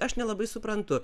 aš nelabai suprantu